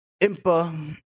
Impa